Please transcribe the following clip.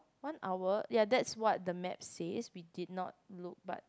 one hour ya that is what the map said we did not look but